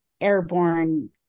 airborne